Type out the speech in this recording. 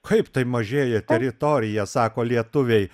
kaip tai mažėja teritorija sako lietuviai